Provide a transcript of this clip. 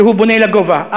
שבונה לגובה.